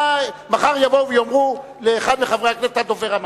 מחר יבואו ויאמרו לאחד מחברי הכנסת: אתה דובר המאפיה.